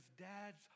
dads